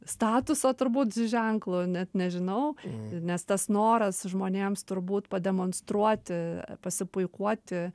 statuso turbūt ženklu net nežinau nes tas noras žmonėms turbūt pademonstruoti pasipuikuoti